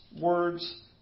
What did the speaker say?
words